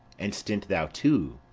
and stint thou too,